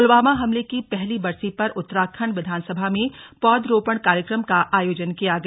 पुलवामा हमले की पहली बरसी पर उत्तराखंड विधानसभा में पौधरोपण कार्यक्रम का आयोजन किया गया